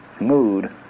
mood